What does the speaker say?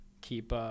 keep